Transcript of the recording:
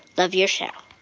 love your show